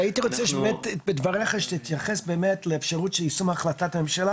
הייתי רוצה שבאמת תתייחס בדבריך לאפשרות של יישום החלטת הממשלה